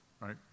right